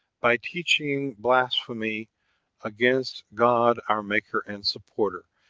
by teaching blasphemy against god our maker and sup porter,